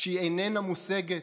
כשהיא איננה מושגת,